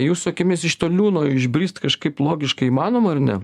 jūsų akimis iš to liūno išbrist kažkaip logiškai įmanoma ar ne